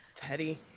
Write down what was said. petty